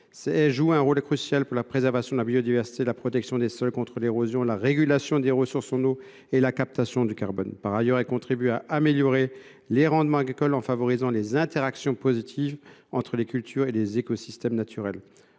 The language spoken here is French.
ci jouent un rôle crucial dans la préservation de la biodiversité, la protection des sols contre l’érosion, la régulation des ressources en eau et la captation du carbone. Par ailleurs, elles contribuent à améliorer les rendements agricoles en favorisant les interactions positives entre les cultures et les écosystèmes naturels.